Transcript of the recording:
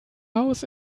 house